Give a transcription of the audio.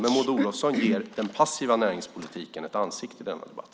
Men Maud Olofsson ger den passiva näringspolitiken ett ansikte i denna debatt.